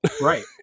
Right